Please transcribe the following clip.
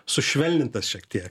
sušvelnintas šiek tiek